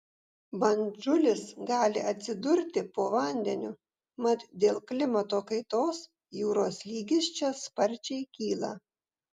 bandžulis gali atsidurti po vandeniu mat dėl klimato kaitos jūros lygis čia sparčiai kyla